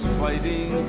fighting